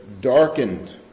darkened